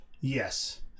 Yes